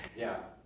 yeah.